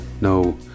no